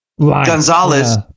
Gonzalez